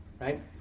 right